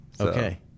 okay